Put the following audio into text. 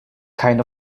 kind